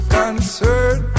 concern